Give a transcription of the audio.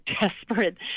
desperate